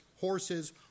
horses